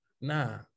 Nah